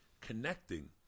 connecting